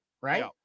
right